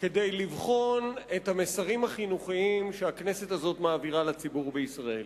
כדי לבחון את המסרים החינוכיים שהכנסת הזאת מעבירה לציבור בישראל.